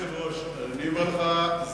להוספת "פרק שני: סדר-היום" ו"פרק שלישי: